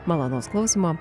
malonaus klausymo